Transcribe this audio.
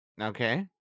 Okay